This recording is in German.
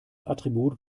attribut